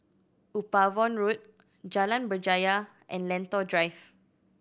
Upavon Road Jalan Berjaya and Lentor Drive